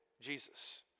Jesus